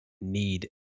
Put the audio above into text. need